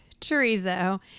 chorizo